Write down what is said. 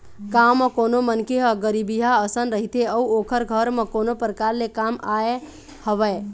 गाँव म कोनो मनखे ह गरीबहा असन रहिथे अउ ओखर घर म कोनो परकार ले काम आय हवय